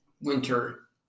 winter